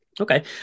okay